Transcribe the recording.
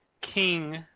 King